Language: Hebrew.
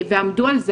ועמדו על זה.